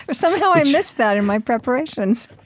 but somehow i missed that in my preparations